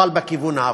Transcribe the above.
אבל בכיוון ההפוך.